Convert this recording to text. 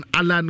Alan